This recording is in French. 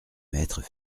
maîtres